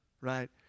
right